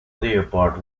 leopard